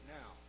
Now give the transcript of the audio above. now